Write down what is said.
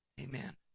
Amen